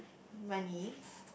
money